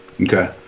Okay